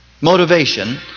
motivation